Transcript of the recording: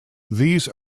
these